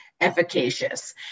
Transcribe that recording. efficacious